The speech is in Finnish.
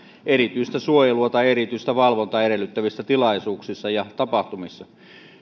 erityistä suojelua tai erityistä valvontaa edellyttävissä tilaisuuksissa ja tapahtumissa